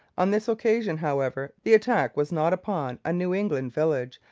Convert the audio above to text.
on this occasion, however, the attack was not upon a new england village,